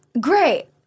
Great